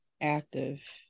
active